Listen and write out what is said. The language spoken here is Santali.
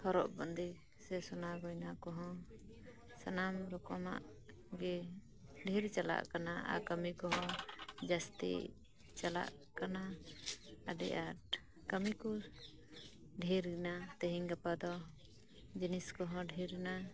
ᱦᱚᱨᱚᱜ ᱵᱟᱸᱫᱮ ᱥᱮ ᱥᱚᱱᱟ ᱜᱚᱭᱱᱟ ᱠᱚᱦᱚᱸ ᱥᱟᱱᱟᱢ ᱨᱚᱠᱚᱢᱟᱜ ᱜᱮ ᱰᱮᱨ ᱪᱟᱞᱟᱜ ᱠᱟᱱᱟ ᱟᱨ ᱠᱟᱹᱢᱤ ᱠᱚᱦᱚᱸ ᱡᱟᱹᱥᱛᱤ ᱪᱟᱞᱟᱜ ᱠᱟᱱᱟ ᱟᱹᱰᱤ ᱟᱴ ᱠᱟᱹᱢᱤ ᱠᱩ ᱰᱮᱨ ᱮᱱᱟ ᱛᱮᱦᱮᱧ ᱜᱟᱯᱟ ᱫᱚ ᱡᱤᱱᱤᱥ ᱠᱚᱦᱚᱸ ᱰᱮᱨ ᱮᱱᱟ